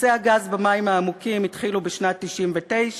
חיפושי הגז במים העמוקים התחילו בשנת 1999,